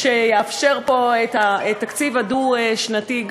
שיאפשר פה את התקציב הדו-שנתי,